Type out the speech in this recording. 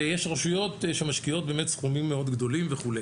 ויש רשויות שמשקיעות באמת סכומים מאד גדולים וכו'.